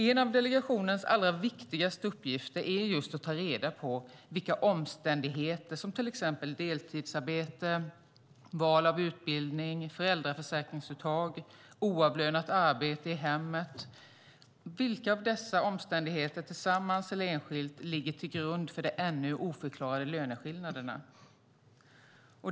En av delegationens allra viktigaste uppgifter är att ta reda på vilka omständigheter, till exempel deltidsarbete, val av utbildning, uttag av föräldraförsäkring eller oavlönat arbete i hemmet, tillsammans eller enskilt, ligger till grund för de ännu oförklarade löneskillnaderna.